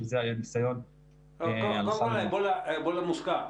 קודם כול, האבולה מוזכר.